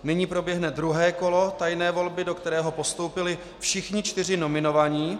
Nyní proběhne druhé kolo tajné volby, do kterého postoupili všichni čtyři nominovaní.